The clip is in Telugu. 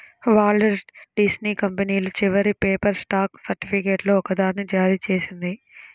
వాల్ట్ డిస్నీ కంపెనీ చివరి పేపర్ స్టాక్ సర్టిఫికేట్లలో ఒకదాన్ని జారీ చేసింది